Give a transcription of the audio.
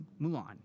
mulan